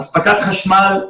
אספקת חשמל,